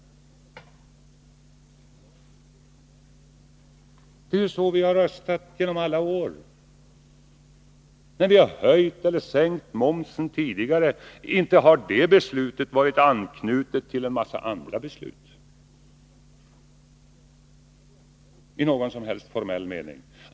Det är så vi har röstat under: la år. När vi tidigare har höjt eller sänkt momsen, inte har det beslutet varit r > 1tet till en massa andra beslut i någon som helst formell mening.